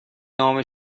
نام